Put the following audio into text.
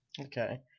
okay